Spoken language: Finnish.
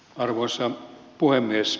arvoisa puhemies